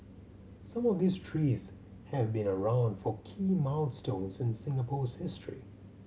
some of these trees have been around for key milestones in Singapore's history